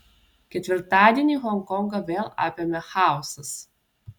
ketvirtadienį honkongą vėl apėmė chaosas